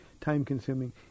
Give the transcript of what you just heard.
time-consuming